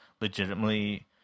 legitimately